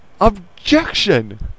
Objection